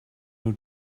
new